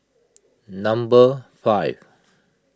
number five